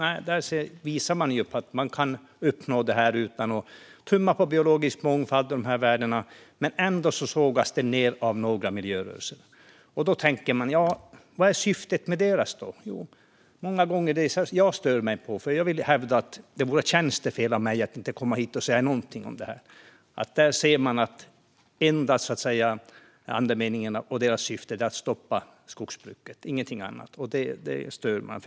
Nej, rapporten visar att man kan uppnå detta utan att tumma på biologisk mångfald och de värdena. Ändå sågas den av några i miljörörelsen. Då tänker man: Vad är deras syfte? Det jag många gånger stör mig på - och jag vill hävda att det vore tjänstefel av mig att inte komma hit och säga någonting om det - är att deras enda syfte är att stoppa skogsbruket, ingenting annat.